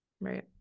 right